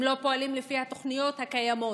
אם לא פועלים לפי התוכניות הקיימות?